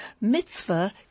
mitzvah